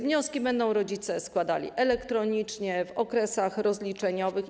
Wnioski rodzice będą składali elektronicznie w okresach rozliczeniowych.